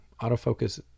Autofocus